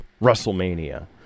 WrestleMania